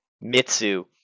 Mitsu